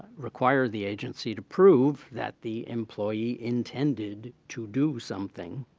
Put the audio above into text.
require the agency to prove that the employee intended to do something.